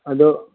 ꯑꯗꯨ